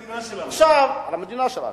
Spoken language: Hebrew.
הם העתיד של המדינה שלנו.